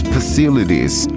Facilities